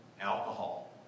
Alcohol